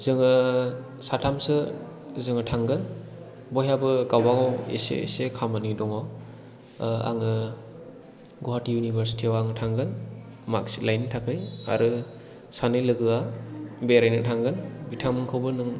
जोङो साथामसो जोङो थांगोन बयहाबो गावबा गाव एसे एसे खामानि दङ आङो गुवाहाटि इउनिभार्सिटि आव आङो थांगोन मार्कसिट लानो थाखाय आरो सानै लोगोआ बेरायनो थांगोन बिथांमोनखौबो नों